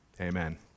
amen